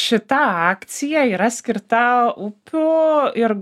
šita akcija yra skirta upių ir